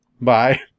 bye